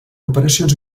operacions